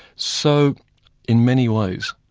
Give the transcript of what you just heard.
so in many ways,